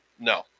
no